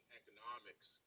economics